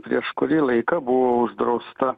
prieš kurį laiką buvo uždrausta